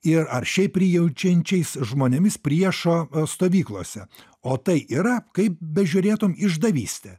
ir ar šiaip prijaučiančiais žmonėmis priešo stovyklose o tai yra kaip bežiūrėtum išdavystė